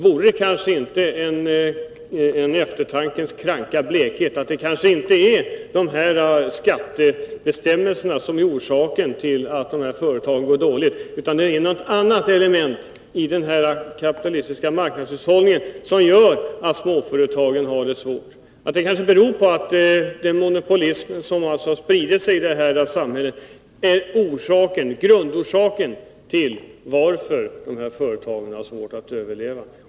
Borde inte eftertankens kranka blekhet säga honom att det kanske inte är skattebestämmelserna som är orsaken till att företagen går dåligt. Det är något annat element i den kapitalistiska marknadshushållningen som gör att småföretagen har det svårt. Kanske den monopolism som har spritt sig i detta samhälle är grundorsaken till att dessa företag har svårt att överleva.